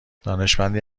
دانشمندی